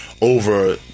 over